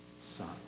son